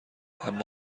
اما